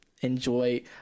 enjoy